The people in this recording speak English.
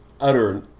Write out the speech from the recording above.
utter